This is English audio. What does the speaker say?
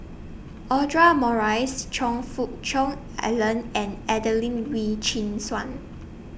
Audra Morrice Choe Fook Cheong Alan and Adelene Wee Chin Suan